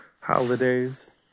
holidays